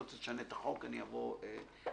אתה רוצה, תשנה את החוק ואבוא ואתייחס.